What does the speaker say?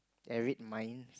and read minds